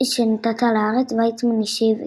שנתת לארץ?" ויצמן השיב "כן,